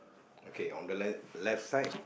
okay on the left left side